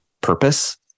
purpose